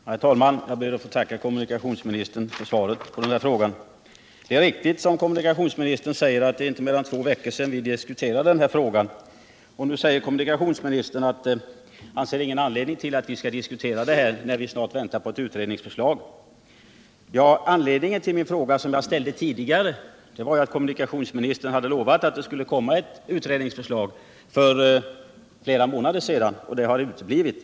Herr talman! Jag ber att få tacka kommunikationsministern för svaret. Det är riktigt som kommunikationsministern säger att det inte är mera än två veckor sedan vi diskuterade frågan och han ser därför inte någon anledning att nu åter diskutera den eftersom det väntas på ett utredningsförslag. Anledningen till den fråga som jag ställde tidigare var att kommunikationsministern hade lovat att det — för flera månader sedan — skulle komma ett utredningsförslag men det har uteblivit.